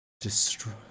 destroy